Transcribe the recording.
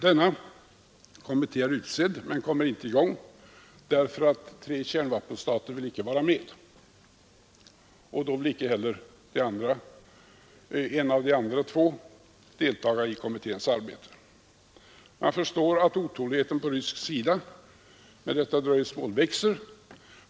Denna kommitté är utsedd men kommer inte i gång därför att tre kärnvapenstater icke vill vara med, och då vill icke heller en av de andra två deltaga i kommitténs arbete. Man förstår att otåligheten över detta dröjsmål växer på rysk sida.